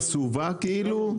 מסובך כאילו?